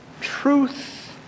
truth